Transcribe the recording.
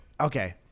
okay